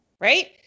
right